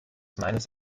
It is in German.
meines